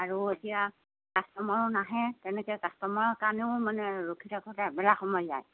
আৰু এতিয়া কাষ্টমাৰো নাহে তেনেকৈ কাষ্টমাৰৰ কাৰণেও মানে ৰখি থাকোতে এবেলা সময় যায়